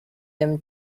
them